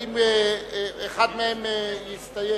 האם אחד מהם יסתייג?